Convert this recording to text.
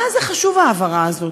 מה זה חשוב, ההעברה הזאת?